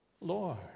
Lord